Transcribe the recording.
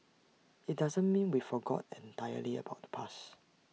IT doesn't mean we forgot entirely about the past